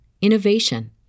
innovation